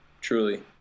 truly